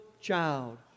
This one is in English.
child